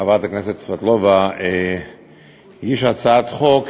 חברת הכנסת סבטלובה הגישה הצעת חוק,